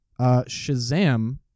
Shazam